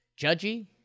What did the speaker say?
Judgy